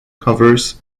covers